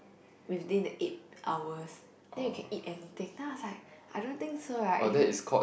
within the eight hours then you can eat anything then I was like I don't think so right if you